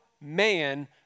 man